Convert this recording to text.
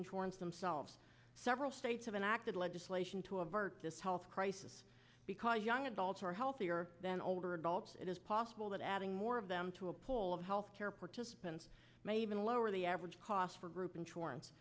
insurance themselves several states have enacted legislation to avert this health crisis because young adults are healthier than older adults it is possible that adding more of them to a pool of health care participants may even lower the average cost for group insurance